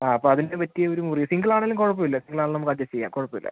ആ അപ്പോൾ അതിന് പറ്റിയൊരു മുറി സിംഗിളാണേലും കുഴപ്പമില്ല സിംഗിളാണേൽ നമക്കഡ്ജസ്റ്റ ചെയ്യാം കുഴപ്പമില്ല